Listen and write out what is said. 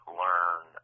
learn